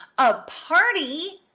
a party!